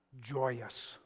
joyous